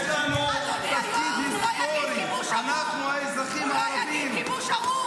אדוני היו"ר, הוא לא יגיד "כיבוש ארור".